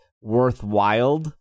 worthwhile